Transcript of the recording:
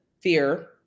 Fear